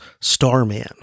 Starman